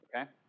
Okay